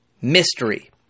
mystery